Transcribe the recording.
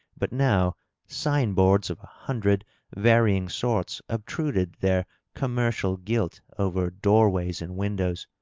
but now sign-boards of a hundred varying sorts obtruded their commercial gilt over door-ways and windows.